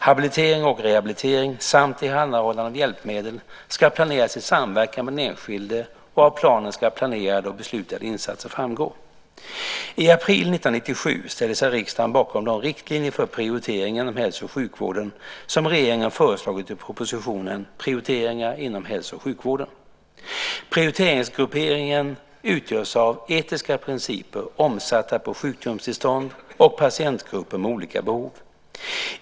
Habilitering och rehabilitering samt tillhandahållande av hjälpmedel ska planeras i samverkan med den enskilde och av planen ska planerade och beslutade insatser framgå. I april 1997 ställde sig riksdagen bakom de riktlinjer för prioriteringar inom hälso och sjukvården som regeringen föreslagit i propositionen Prioriteringar inom hälso och sjukvården . Prioriteringsgrupperingen utgörs av etiska principer omsatta på sjukdomstillstånd och patientgrupper med olika behov.